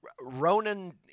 Ronan